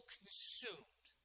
consumed